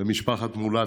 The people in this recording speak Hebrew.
למשפחת מולטו,